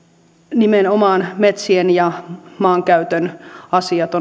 nimenomaan metsien ja maankäytön asiat